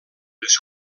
les